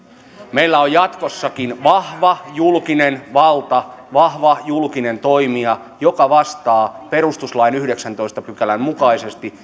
meillä on jatkossakin vahva julkinen valta vahva julkinen toimija joka vastaa perustuslain yhdeksännentoista pykälän mukaisesti